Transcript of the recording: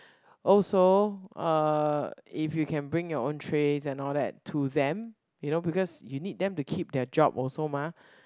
also uh if you can bring your own trays and all that to them you know because you need them to keep their job also mah